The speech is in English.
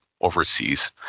overseas